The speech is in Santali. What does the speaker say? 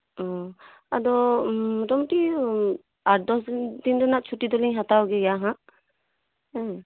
ᱟᱫᱚ ᱢᱚᱴᱟᱢᱩᱴᱤ ᱟᱴ ᱫᱚᱥ ᱫᱤᱱ ᱨᱮᱱᱟᱜ ᱪᱷᱩᱴᱤ ᱫᱚᱞᱤᱧ ᱦᱟᱛᱟᱣ ᱜᱮᱭᱟ ᱦᱟᱸᱜ ᱦᱩᱸ